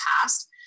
past